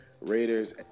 Raiders